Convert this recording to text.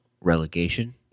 relegation